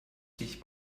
sich